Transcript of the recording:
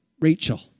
Rachel